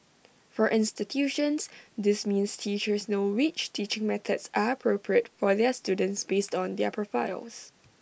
for institutions this means teachers know which teaching methods are appropriate for their students based on their profiles